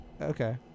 Okay